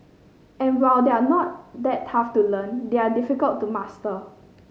and while they are not that tough to learn they are difficult to master